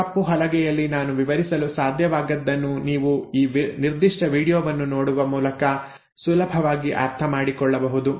ಕಪ್ಪುಹಲಗೆಯಲ್ಲಿ ನಾನು ವಿವರಿಸಲು ಸಾಧ್ಯವಾಗದ್ದನ್ನು ನೀವು ಈ ನಿರ್ದಿಷ್ಟ ವೀಡಿಯೊವನ್ನು ನೋಡುವ ಮೂಲಕ ಸುಲಭವಾಗಿ ಅರ್ಥಮಾಡಿಕೊಳ್ಳಬಹುದು